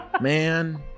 Man